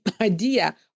idea